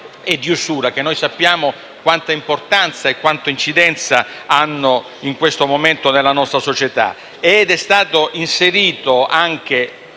e di usura e sappiamo quanta importanza e incidenza hanno, in questo momento, nella nostra società.